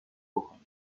بکنید